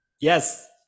yes